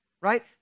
right